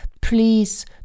please